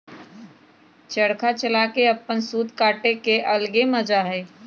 चरखा चला के अपन सूत काटे के अलगे मजा हई